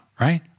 right